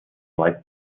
light